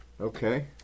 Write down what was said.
Okay